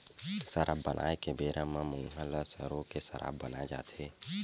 सराब बनाए के बेरा म मउहा ल सरो के सराब बनाए जाथे